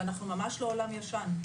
ואנחנו ממש לא העולם הישן,